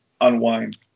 unwind